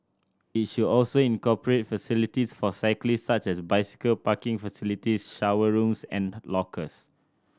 it should also incorporate facilities for cyclists such as bicycle parking facilities shower rooms and lockers